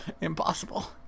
Impossible